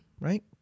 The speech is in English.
right